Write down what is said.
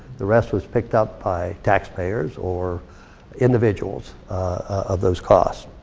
the rest was picked up by taxpayers or individuals of those costs.